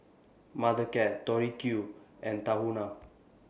Mothercare Tori Q and Tahuna